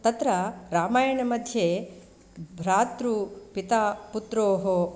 तत्र रामायणमध्ये भ्रातृ पिता पुत्रोः